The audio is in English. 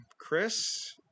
Chris